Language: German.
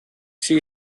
sie